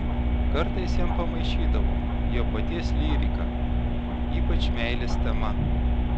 kartais jam pamaišydavo jo paties lyrika ypač meilės tema